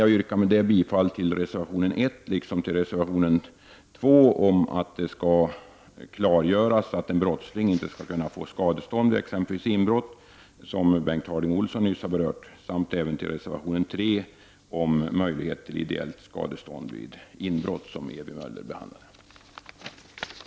Jag yrkar bifall till reservation 1 liksom till reservation 2 om att det skall klargöras att brottsling inte skall kunna få skadestånd vid exempelvis inbrott, något som Bengt Harding Olson nyss berörde. Jag yrkar vidare bifall till reservation 3 om möjlighet till ideellt skadestånd vid inbrott m.m., en fråga som Ewy Möller talade kring.